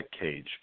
cage